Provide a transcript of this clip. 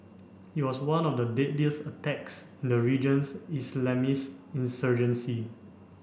it was one of the deadliest attacks in the region's Islamist insurgency